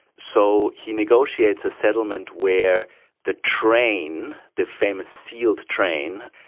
so he negotiates a settlement where the train, the famous sealed train,